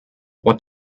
what